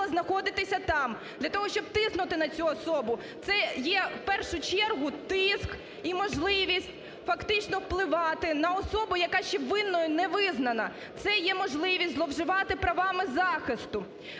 знаходитися там для того, щоб тиснути на цю особу. Це є в першу чергу тиск і можливість фактично впливати на особу, яка ще винною не визнана, це є можливість зловживати правами захисту.